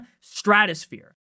stratosphere